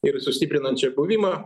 ir sustiprinant čia buvimą